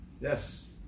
Yes